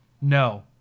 No